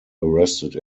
arrested